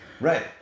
Right